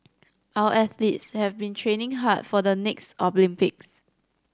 our athletes have been training hard for the next Olympics